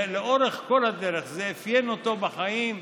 לאורך כל הדרך זה אפיין אותו בחיים,